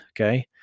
Okay